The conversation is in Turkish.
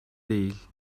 değil